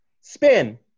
Spin